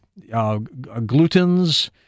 glutens